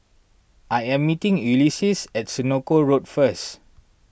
I am meeting Ulysses at Senoko Road first